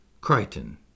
Crichton